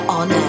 on